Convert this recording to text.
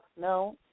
no